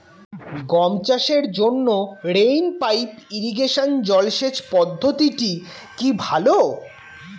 গম চাষের জন্য রেইন পাইপ ইরিগেশন জলসেচ পদ্ধতিটি কি ভালো?